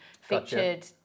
featured